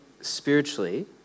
spiritually